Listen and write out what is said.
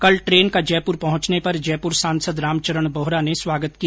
कल ट्रेन का जयपुर पहुंचने पर जयपुर सांसद रामचरण बोहरा ने स्वागत किया